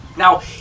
Now